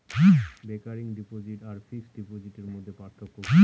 Recurring deposit আর fixed ডিপোজিটের মধ্যে পার্থক্য কি?